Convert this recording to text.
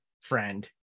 friend